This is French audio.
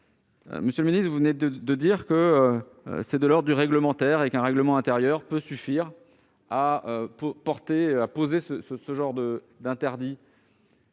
Monsieur le ministre, vous venez de dire que la mesure est d'ordre réglementaire, et qu'un règlement intérieur peut suffire à poser ce genre d'interdits.